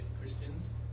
Christians